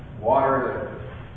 water